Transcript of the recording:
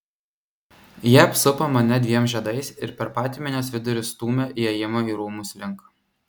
jie apsupo mane dviem žiedais ir per patį minios vidurį stūmė įėjimo į rūmus link